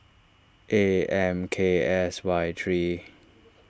A M K S Y three